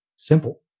simple